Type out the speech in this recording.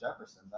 Jefferson